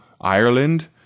Ireland